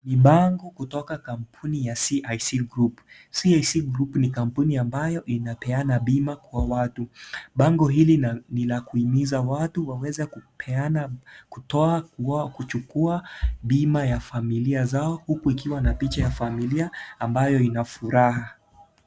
Ni bango kutoka kampuni ya CIC Group, CIC group ni kampuni ambayo inapeana bima kwa watu, bango hili ni la kuhimiza watu waweze kutoa kuchukua bima za familia zao huku ikiwa na picha ya familia amayo ina furaha.